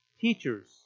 teachers